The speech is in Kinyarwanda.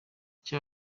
kuki